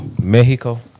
Mexico